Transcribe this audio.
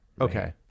okay